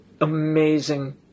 amazing